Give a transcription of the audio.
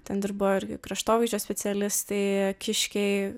ten dirbo irgi kraštovaizdžio specialistai kiškiai